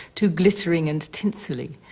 too glittering and tinsely.